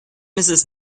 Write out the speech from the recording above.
mrs